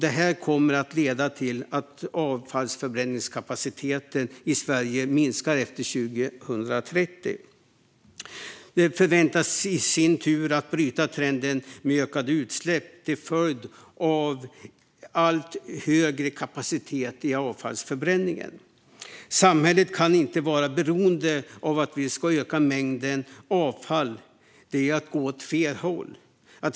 Det här kommer att leda till att avfallsförbränningskapaciteten i Sverige minskar efter 2030. Detta förväntas i sin tur att bryta trenden med ökade utsläpp till följd av allt högre kapacitet i avfallsförbränningen. Samhället kan inte vara beroende av att vi ska öka mängden avfall. Det är att gå åt fel håll.